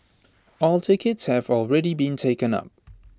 all tickets have already been taken up